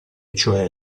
cioè